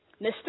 Mr